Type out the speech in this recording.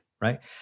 right